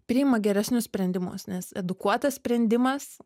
priima geresnius sprendimus nes edukuotas sprendimas